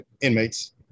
inmates